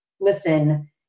listen